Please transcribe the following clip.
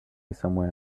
somewhere